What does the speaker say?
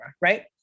right